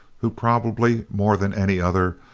who, probably more than any other,